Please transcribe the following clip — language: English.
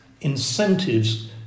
incentives